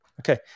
Okay